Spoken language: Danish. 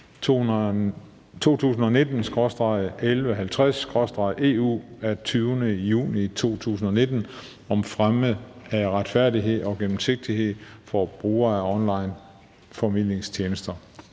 2019/1150/EU af 20. juni 2019 om fremme af retfærdighed og gennemsigtighed for brugere af onlineformidlingstjenester.